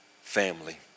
family